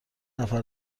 نفر